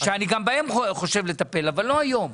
שגם בהן אני חושב לטפל אבל לא היום.